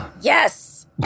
Yes